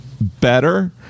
better